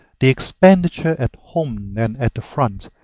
the expenditure at home and at the front,